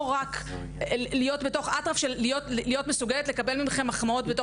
לא רק להיות בתוך אטרף של להיות מסוגלת לקבל ממכם מחמאות,